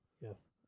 Yes